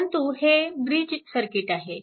परंतु हे bridge circuit आहे